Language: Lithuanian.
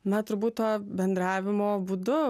na turbūt to bendravimo būdu